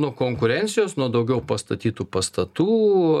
nuo konkurencijos nuo daugiau pastatytų pastatų